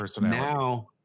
now